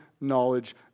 knowledge